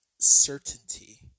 certainty